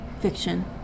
Fiction